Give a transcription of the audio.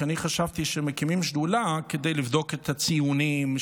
כי אני חשבתי שמקימים שדולה כדי לבדוק את הציונים,